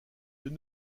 deux